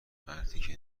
مرتیکه